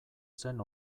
zen